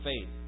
faith